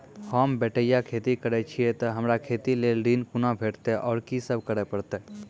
होम बटैया खेती करै छियै तऽ हमरा खेती लेल ऋण कुना भेंटते, आर कि सब करें परतै?